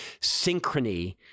synchrony